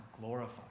glorified